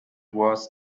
worse